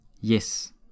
Yes